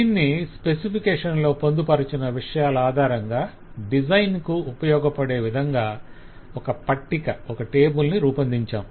దీన్ని స్పెసిఫికేషన్ లో పొందుపరచిన విషయాల ఆధారంగా డిజైన్ కు ఉపయోగపడే విధంగా ఒక పట్టికగా రూపొందించాం